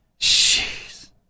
Jeez